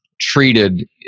treated